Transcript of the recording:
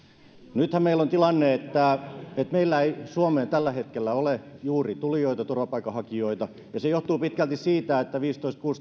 nythän meillä on tilanne että meillä ei suomeen tällä hetkellä ole juuri tulijoita turvapaikanhakijoita ja se johtuu pitkälti siitä että kaksituhattaviisitoista